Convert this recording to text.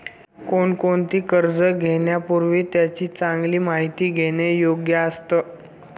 कोणतेही कर्ज घेण्यापूर्वी त्याची चांगली माहिती घेणे योग्य असतं